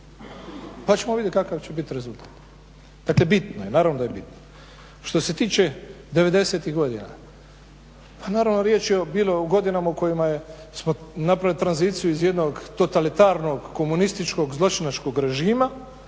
pa ćemo vidjeti kakav će biti rezultat. Dakle bitno je, naravno da je bitno. Što se tiče '90.-ih godina, pa naravno riječ je, bilo je u godinama u kojima smo napravili tranziciju iz jedno totalitarnog, komunističkog zločinačkog režima